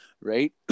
right